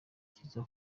cyiza